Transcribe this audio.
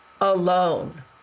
alone